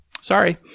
Sorry